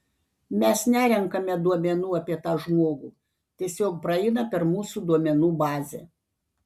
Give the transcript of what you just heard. mes nerenkame duomenų apie tą žmogų tiesiog praeina per mūsų duomenų bazę